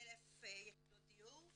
11,000 יחידות דיור,